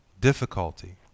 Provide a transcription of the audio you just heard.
difficulty